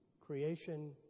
Creation